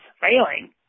failing